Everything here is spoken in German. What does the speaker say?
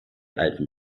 alpen